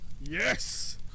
Yes